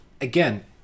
again